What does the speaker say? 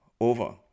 over